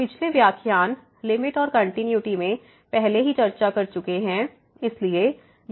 हम पिछले व्याख्यान लिमिट और कंटिन्यूटी में पहले ही चर्चा कर चुके हैं